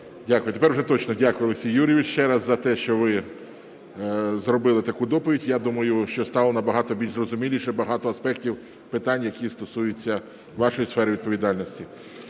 Дякую. Тепер вже точно дякую, Олексій Юрійович, ще раз за те, що ви зробили таку доповідь. Я думаю, що стало набагато більш зрозуміліше багато аспектів питань, які стосуються вашої сфери відповідальності.